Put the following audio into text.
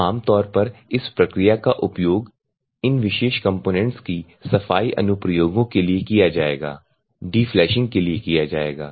तो आमतौर पर इस प्रक्रिया का उपयोग इन विशेष कंपोनेन्ट्स की सफाई अनुप्रयोगों के लिए किया जाएगा डी फ्लैशिंग के लिए किया जाएगा